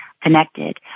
connected